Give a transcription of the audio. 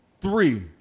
three